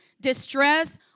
distress